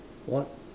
what